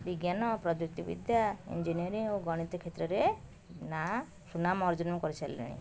ବିଜ୍ଞାନ ପ୍ରଯୁକ୍ତିବିଦ୍ୟା ଇଞ୍ଜିନିୟରିଙ୍ଗ ଓ ଗଣିତ କ୍ଷେତ୍ରରେ ନାଁ ସୁନାମ ଅର୍ଜନ କରିସାରିଲେଣି